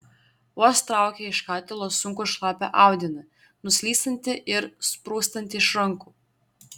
vos traukė iš katilo sunkų šlapią audinį nuslystantį ir sprūstantį iš rankų